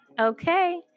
Okay